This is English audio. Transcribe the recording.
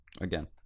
Again